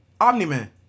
Omni-Man